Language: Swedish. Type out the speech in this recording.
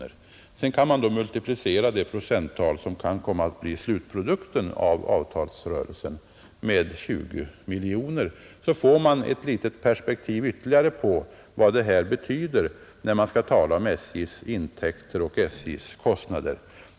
Man kan sedan multiplicera det procenttal som blir slutprodukten av avtalsrörelsen med 20 miljoner och får på så sätt ytterligare ett perspektiv på vad exempelvis lönerna betyder när man talar om SJ:s kostnader och intäkter.